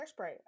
hairspray